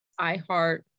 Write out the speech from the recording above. iHeart